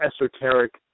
esoteric